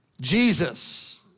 Jesus